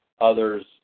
others